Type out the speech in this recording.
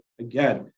Again